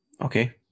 Okay